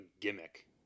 gimmick